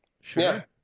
Sure